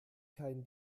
kein